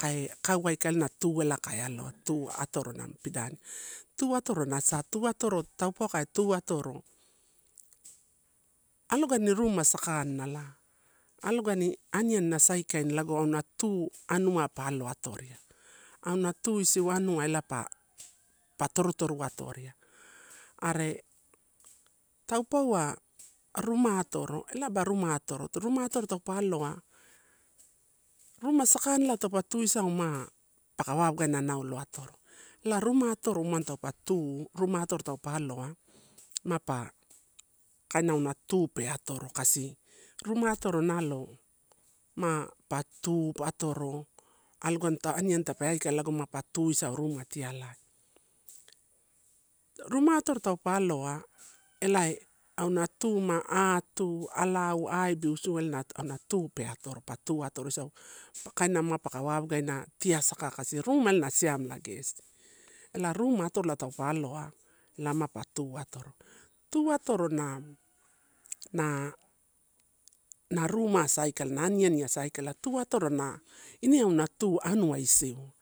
kai, kauaaikalna tu elae kai aloa, tuatoro a pidani. Tuatoro na sa tuatoro tau pokai pa tuatoro, alogani ruma sakanala, alogani aniani na saikai ni lago auna tu anuai pa aloatoria. Auna tu isiu anua pa pa torutoru atoria, are taupauwa ruma atoro ela ba ruma atoro, ruma atoro taupe aloa, ruma sakanla tapa tuisau ma paka wawagana naolo atoro. La ruma atoro umano tupa tu, ruma atoro taupe aloa ma pa kainanoatu pe atoro kasi. Ruma atoro nalo ma patu pa atoro. Agoalto aniani tape aikala pa tuisau ruma tialai. Ruma atoro taupaa aloa elae auna tu ma atu ala adu salna atu atoro, pa tuatoro isau. Pa kaina ma paka wagan tiasaka kaisi ruma na siamela gesi. Elruma atorola taupe aloa la mapa tuatoro. Tu atoro na, na rumasa aikala, na aniani asa aikala, tuatoro na na ine auna tu anua isiu.